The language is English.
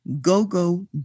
go-go